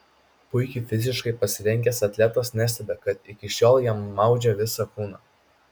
puikiai fiziškai pasirengęs atletas neslepia kad iki šiol jam maudžia visą kūną